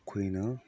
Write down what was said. ꯑꯩꯈꯣꯏꯅ